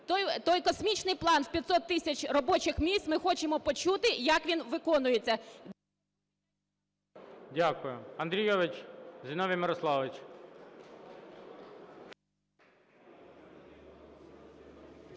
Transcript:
Той "космічний" план в 500 тисяч робочих місць, ми хочемо почути, як він виконується. ГОЛОВУЮЧИЙ. Дякую. Андрійович Зіновій Мирославович.